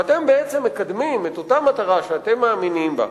ואתם בעצם מקדמים את אותה מטרה שאתם מאמינים בה,